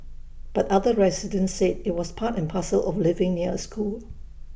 but other residents said IT was part and parcel of living near A school